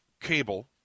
cable